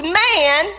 man